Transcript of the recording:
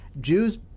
Jews